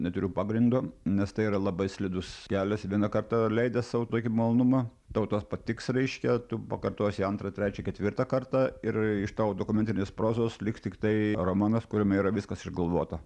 neturiu pagrindo nes tai yra labai slidus kelias vieną kartą leidęs sau tokį malonumą tau tas patiks reiškia tu pakartosi antrą trečią ketvirtą kartą ir iš tavo dokumentinės prozos liks tiktai romanas kuriame yra viskas išgalvota